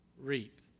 reap